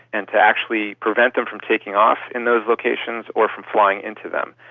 and to actually prevent them from taking off in those locations or from flying into them.